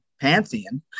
pantheon